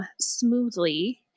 smoothly